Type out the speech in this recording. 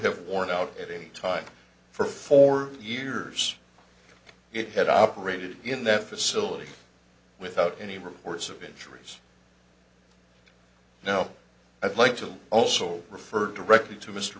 have worn out at a time for four years it had operated in that facility without any reports of injuries now i'd like to also refer directly to mr